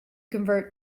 convert